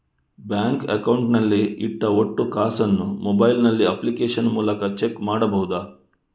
Bank account ನಲ್ಲಿ ಇಟ್ಟ ಒಟ್ಟು ಕಾಸನ್ನು ಮೊಬೈಲ್ ನಲ್ಲಿ ಅಪ್ಲಿಕೇಶನ್ ಮೂಲಕ ಚೆಕ್ ಮಾಡಬಹುದಾ?